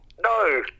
no